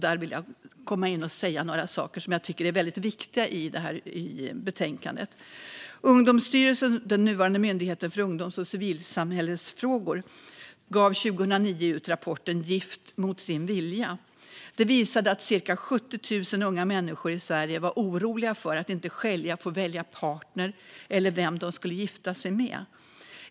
Det är några saker som är väldigt viktiga i betänkandet. Ungdomsstyrelsen, den nuvarande Myndigheten för ungdoms och civilsamhällesfrågor, gav 2009 ut rapporten Gift mot sin vilja . Den visade att cirka 70 000 unga människor i Sverige var oroliga för att inte själva få välja partner eller vem de skulle gifta sig med.